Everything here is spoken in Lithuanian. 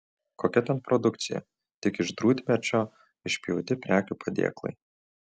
kokia ten produkcija tik iš drūtmedžio išpjauti prekių padėklai